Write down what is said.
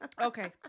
Okay